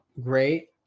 great